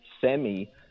semi